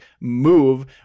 move